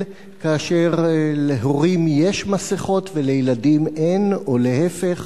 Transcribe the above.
כאשר להורים יש מסכות ולילדים אין או להיפך,